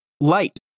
light